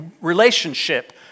relationship